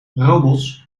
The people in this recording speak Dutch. robots